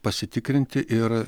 pasitikrinti ir